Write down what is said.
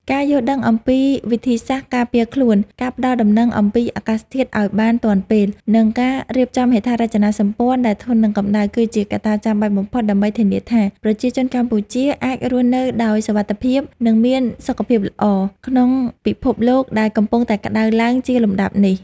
ការយល់ដឹងអំពីវិធីសាស្ត្រការពារខ្លួន ការផ្ដល់ដំណឹងអំពីអាកាសធាតុឱ្យបានទាន់ពេល និងការរៀបចំហេដ្ឋារចនាសម្ព័ន្ធដែលធន់នឹងកម្ដៅ គឺជាកត្តាចាំបាច់បំផុតដើម្បីធានាថា ប្រជាជនកម្ពុជាអាចរស់នៅដោយសុវត្ថិភាព និងមានសុខភាពល្អ ក្នុងពិភពលោកដែលកំពុងតែក្តៅឡើងជាលំដាប់នេះ។